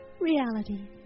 Reality